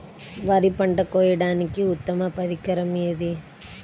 వరి పంట కోయడానికి ఉత్తమ పరికరం ఏది?